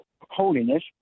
holiness